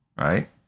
right